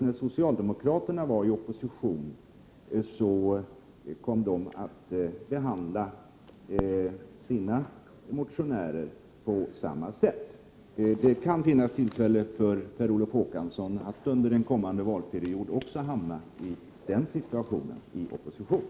När socialdemokraterna var i opposition behandlade de sina motionärer på samma sätt. Det kan komma att finnas tillfällen också för Per Olof Håkansson att under kommande valperioder hamna i den situationen i opposition.